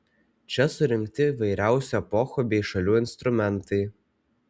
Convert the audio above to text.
čia surinkti įvairiausių epochų bei šalių instrumentai